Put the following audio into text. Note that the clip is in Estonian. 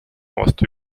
vastu